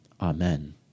Amen